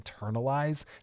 internalize